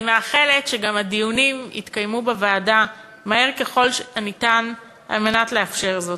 אני מאחלת שגם הדיונים יתקיימו בוועדה מהר ככל האפשר כדי לאפשר זאת.